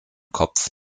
kopf